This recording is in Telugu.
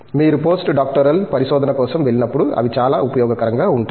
మీరు పోస్ట్ డాక్టోరల్ పరిశోధన కోసం వెళ్ళినప్పుడు అవి చాలా ఉపయోగకరంగా ఉంటాయి